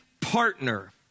partner